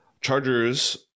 chargers